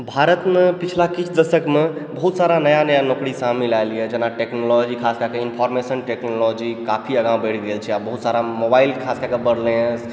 भारतमऽ पिछला किछ दशकमऽ बहुत सारा नया नया नोकरी सामनेमे आयलैए जेना टेक्नोलॉजी खास कए के इन्फॉर्मेशन टेक्नोलॉजी काफी आगाँ बढ़ि गेल छै आब बहुत सारा मोबाइल खास कए कऽ बढ़लयहें